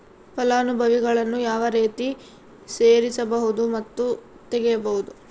ಫಲಾನುಭವಿಗಳನ್ನು ಯಾವ ರೇತಿ ಸೇರಿಸಬಹುದು ಮತ್ತು ತೆಗೆಯಬಹುದು?